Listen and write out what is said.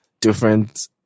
different